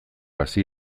hasi